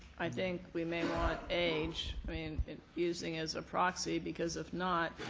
i think we may want age. i mean using as a proxy because if not,